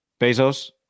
Bezos